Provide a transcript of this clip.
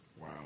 Wow